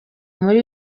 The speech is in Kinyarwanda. muri